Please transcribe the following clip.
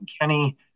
kenny